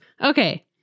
Okay